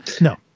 no